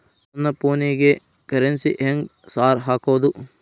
ನನ್ ಫೋನಿಗೆ ಕರೆನ್ಸಿ ಹೆಂಗ್ ಸಾರ್ ಹಾಕೋದ್?